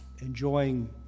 enjoying